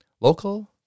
local